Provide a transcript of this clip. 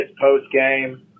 post-game